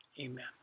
Amen